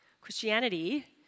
Christianity